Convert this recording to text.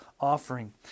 offering